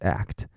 act